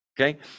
okay